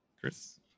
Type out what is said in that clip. Chris